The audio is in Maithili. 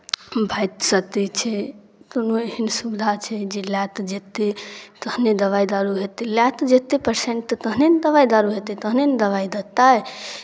भागि सकै छै कोनो एहन सुविधा छै जे लए कऽ जेतै तहने दवाइ दारू हेतै लए कऽ जेतै पेशेंटके तहने ने दवाइ दारू हेतै तहने ने दवाइ देतै